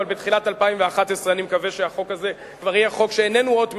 אבל בתחילת 2011 אני מקווה שהחוק הזה כבר יהיה חוק שאיננו אות מתה,